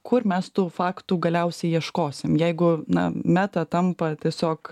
kur mes tų faktų galiausiai ieškosim jeigu na meta tampa tiesiog